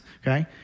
okay